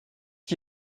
qui